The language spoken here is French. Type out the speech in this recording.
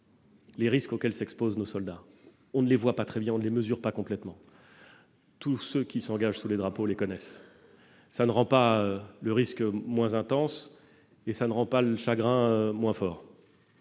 les risques auxquels s'exposent nos soldats, on ne les voit pas très bien, on ne les mesure pas complètement. Tous ceux qui s'engagent sous les drapeaux les connaissent ; cela ne rend pas le risque moins intense ni le chagrin moins fort,